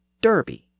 Derby